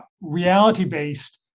reality-based